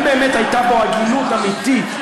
אם באמת הייתה בו הגינות אמיתית,